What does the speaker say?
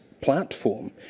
platform